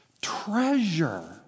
treasure